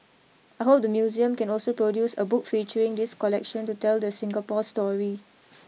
I hope the museum can also produce a book featuring this collection to tell the Singapore story